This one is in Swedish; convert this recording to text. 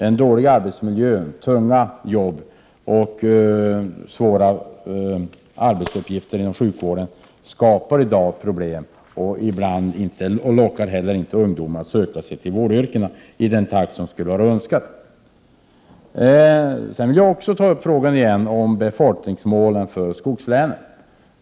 En dålig arbetsmiljö, tunga jobb och svåra arbetsuppgifter inom sjukvården skapar i dag problem och lockar heller inte ungdomar att söka sig till vårdyrkena i önskvärd takt. Sedan vill jag åter ta upp frågan om befolkningsmålen för skogslänen.